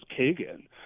Kagan